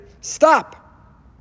Stop